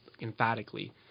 emphatically